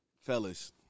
Fellas